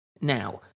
Now